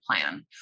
plan